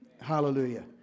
Hallelujah